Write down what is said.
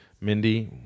Mindy